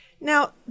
Now